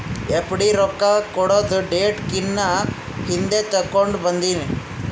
FD ರೊಕ್ಕಾ ಕೊಡದು date ಕಿನಾ ಹಿಂದೆ ತೇಕೊಂಡ್ ಬಂದಿನಿ